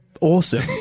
awesome